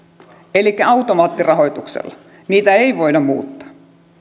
elikkä automaattirahoituksella niitä ei voida muuttaa